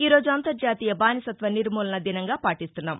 ఈరోజు అంతర్జాతీయ బానిసత్వ నిర్మూలన దినంగా పాటిస్తున్నాం